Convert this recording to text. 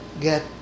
get